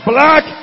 Black